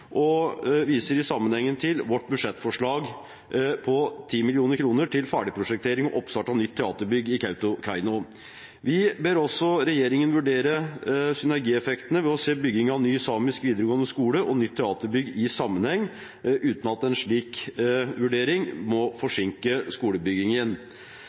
og viser i den sammenheng til vårt budsjettforslag på 10 mill. kr til ferdigprosjektering og oppstart av nytt teaterbygg i Kautokeino. Vi ber også regjeringen vurdere synergieffektene ved å se bygging av ny samisk videregående skole og nytt teaterbygg i sammenheng, uten at en slik vurdering må